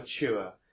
mature